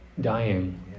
dying